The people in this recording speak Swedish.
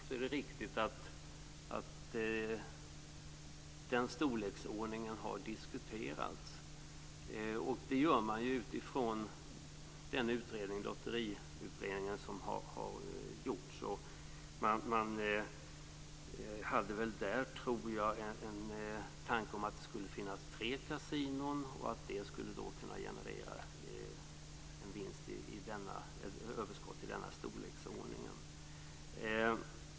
Det är riktigt att den storleksordningen på överskotten har diskuterats. Det gör man utifrån den utredning som har gjorts, Lotteriutredningen. Man hade där en tanke om att det skulle finnas tre kasinon, tror jag, och att det skulle kunna generera ett överskott i denna storleksordning.